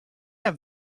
have